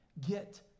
Get